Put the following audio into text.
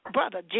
Brother